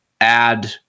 add